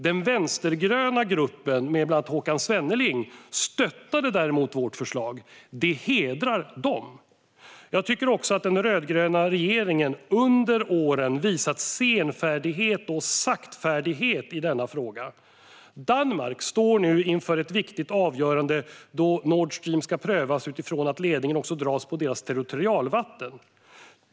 Den vänstergröna gruppen med bland annat Håkan Svenneling stöttade däremot vårt förslag. Det hedrar dem. Jag tycker också att den rödgröna regeringen under åren har visat senfärdighet och saktfärdighet i denna fråga. Danmark står nu inför ett viktigt avgörande då Nord Stream ska prövas utifrån att ledningen också dras på deras territorialvatten.